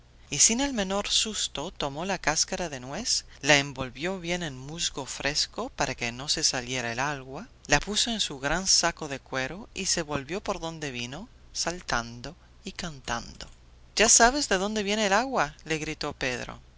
y sin el menor susto tomó la cáscara de nuez la envolvió bien en musgo fresco para que no se saliera el agua la puso en su gran saco de cuero y se volvió por donde vino saltando y cantando ya sabes de dónde viene el agua le gritó pedro